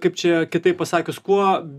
kaip čia kitaip pasakius kuo